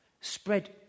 Spread